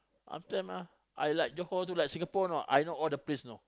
last time ah I like Johor also like I know Singapore know I know all the place know